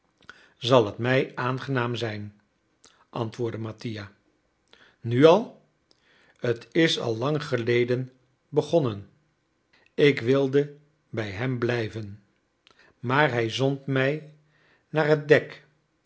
zal t mij aangenaam zijn antwoordde mattia nu al t is al lang geleden begonnen ik wilde bij hem blijven maar hij zond mij naar het dek